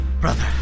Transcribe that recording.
brother